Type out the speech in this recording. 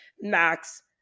Max